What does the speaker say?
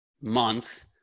month